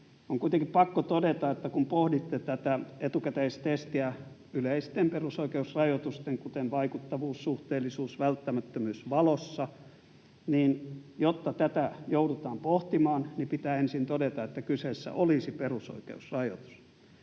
On kuitenkin pakko todeta, että kun pohditte tätä etukäteistestiä yleisten perusoikeusrajoitusten — kuten vaikuttavuus, suhteellisuus ja välttämättömyys — valossa, niin jotta tätä joudutaan pohtimaan, pitää ensin todeta, että kyseessä olisi perusoikeusrajoitus.